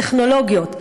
טכנולוגיות,